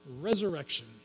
resurrection